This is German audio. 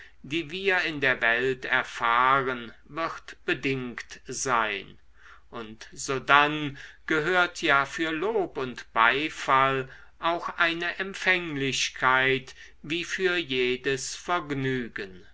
die wir in der welt erfahren wird bedingt sein und sodann gehört ja für lob und beifall auch eine empfänglichkeit wie für jedes vergnügen